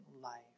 life